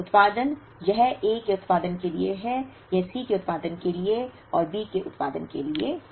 उत्पादन यह A के उत्पादन के लिए है यह C के उत्पादन और B के उत्पादन के लिए है